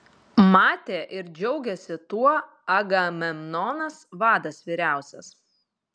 matė ir džiaugėsi tuo agamemnonas vadas vyriausias